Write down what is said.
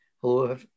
Hello